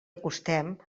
acostem